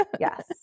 yes